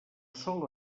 sol